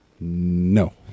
no